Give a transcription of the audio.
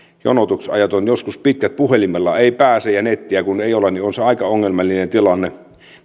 jonotusajat ovat joskus pitkät puhelimella ei pääse ja nettiä kun ei ole niin on se aika ongelmallinen tilanne